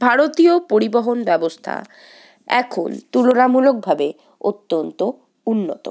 ভারতীয় পরিবহন ব্যবস্থা এখন তুলনামূলকভাবে অত্যন্ত উন্নত